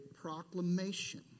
proclamation